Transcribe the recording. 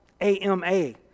A-M-A